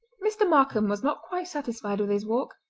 mr. markam was not quite satisfied with his walk.